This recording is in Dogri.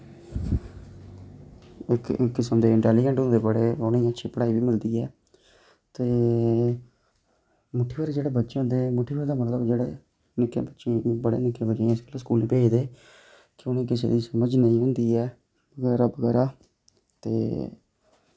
इक किस्म दे इंटैलीजैंट होंदे बड़े उ'नेंई अच्छी पढ़ाई बी मिलदी ऐ ते पर जेह्ड़े बच्चे होंदे मतलब स्कूल भेजदे बगैरा बगैरा ते